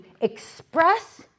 express